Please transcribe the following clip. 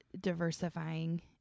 diversifying